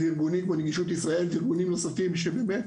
וארגונים כמו נגישות ישראל, וארגונים נוספים באמת